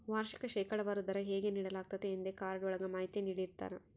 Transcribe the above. ವಾರ್ಷಿಕ ಶೇಕಡಾವಾರು ದರ ಹೇಗೆ ನೀಡಲಾಗ್ತತೆ ಎಂದೇ ಕಾರ್ಡ್ ಒಳಗ ಮಾಹಿತಿ ನೀಡಿರ್ತರ